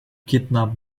kidnap